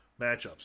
matchups